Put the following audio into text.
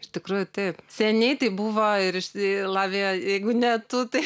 iš tikrųjų taip seniai tai buvo ir išsi lavija jeigu ne tu tai